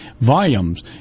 volumes